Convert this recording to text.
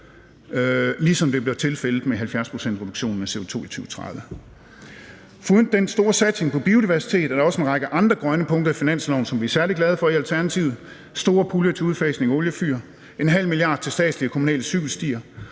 ligesom det blev tilfældet med 70-procentsreduktionen af CO2 i 2030. Foruden den store satsning på biodiversitet er der også en række andre grønne punkter i finansloven, som vi er særlig glade for i Alternativet. Det gælder store puljer til udfasning af oliefyr, 0,5 mia. kr. til statslige og kommunale cykelstier,